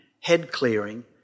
head-clearing